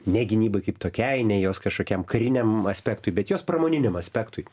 ne gynybai kaip tokiai ne jos kažkokiam kariniam aspektui bet jos pramoniniam aspektui